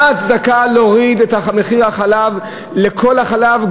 מה ההצדקה להוריד את מחיר החלב לכל החלב,